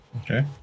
Okay